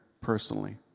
personally